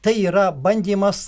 tai yra bandymas